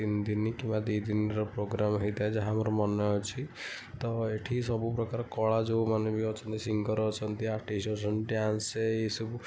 ତିନି ଦିନ କିମ୍ବା ଦୁଇ ଦିନର ପ୍ରୋଗ୍ରାମ୍ ହେଇଥାଏ ଯାହା ମୋର ମନେ ଅଛି ତ ଏଠି ସବୁ କଳା ଯୋଉମାନେ ବି ଅଛନ୍ତି ସିଙ୍ଗର୍ ଅଛନ୍ତି ଆର୍ଟିଷ୍ଟ ଅଛନ୍ତି ଡ୍ୟାନ୍ସ ସେଇସବୁ